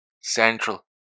Central